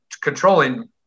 controlling